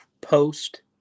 post